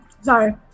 Sorry